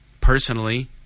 personally